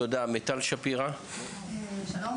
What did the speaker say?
שלום,